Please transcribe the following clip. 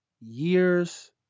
years